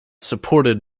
supported